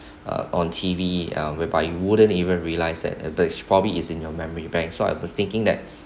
uh on T_V uh whereby you wouldn't even realise that image probably is in your memory bank so I was thinking that